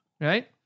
Right